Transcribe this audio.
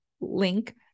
link